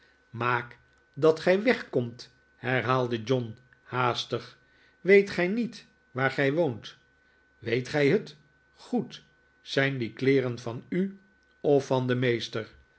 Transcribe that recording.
maak dat gij weg komt herhaalde john haastig weet gij niet waar gij woont weet gij het goed zijn die kleeren van u of van den meester